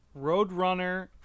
Roadrunner